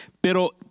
Pero